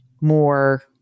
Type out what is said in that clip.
more